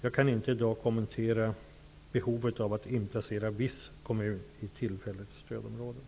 Jag kan inte i dag kommentera behovet av att inplacera viss kommun i tillfälligt stödområde.